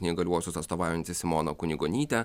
neįgaliuosius atstovaujanti simona kunigonytė